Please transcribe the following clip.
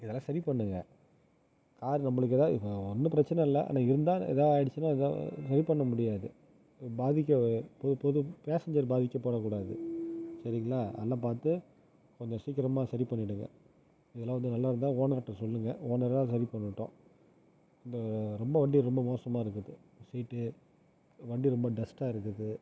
இதெல்லாம் சரி பண்ணுங்க ஹாரன் நம்மளுக்கு எதாது ஒன்று பிரச்சின இல்லை ஆனால் இருந்தால் எதாது ஆயிடுச்சுனா இத இது பண்ண முடியாது பாதிக்க புது புது பேசன்ஸர் பாதிக்கப்படக்கூடாது சரிங்களா நல்லா பார்த்து கொஞ்சம் சீக்கிரமாக சரி பண்ணிவிடுங்க இதெல்லாம் வந்து நல்லாயிருந்தா ஓனர்கிட்ட சொல்லுங்க ஓனராவது சரி பண்ணட்டும் இந்த ரொம்ப வண்டி மோசமாக இருக்குது சீட்டு வண்டி ரொம்ப டஸ்ட்டாக இருக்குது